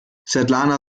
svetlana